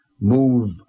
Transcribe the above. move